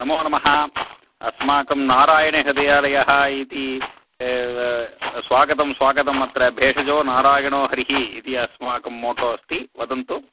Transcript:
नमोनमः अस्माकं नारायणे हृदयालयः इति स्वागतं स्वागतं अत्र भेषजो नारायणो हरिः इति अस्माकं मोटो अस्ति वदन्तु